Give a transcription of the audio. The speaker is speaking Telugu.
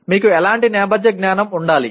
మీకు ఎలాంటి నేపథ్య జ్ఞానం ఉండాలి